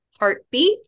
Heartbeat